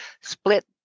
split